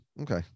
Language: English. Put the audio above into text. okay